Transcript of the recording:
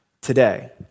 today